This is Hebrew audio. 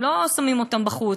לא שמים אותם בחוץ,